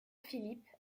philippe